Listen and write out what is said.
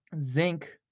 zinc